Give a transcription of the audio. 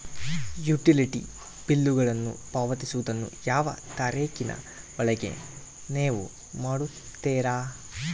Utility ಬಿಲ್ಲುಗಳನ್ನು ಪಾವತಿಸುವದನ್ನು ಯಾವ ತಾರೇಖಿನ ಒಳಗೆ ನೇವು ಮಾಡುತ್ತೇರಾ?